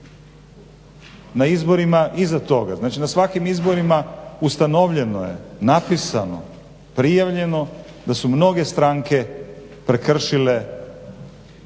na svakim izborima ustanovljeno je, napisano, prijavljeno da su mnoge stranke prekršile onu